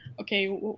okay